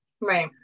right